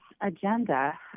agenda